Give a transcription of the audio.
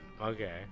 Okay